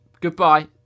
Goodbye